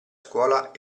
scuola